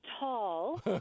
Tall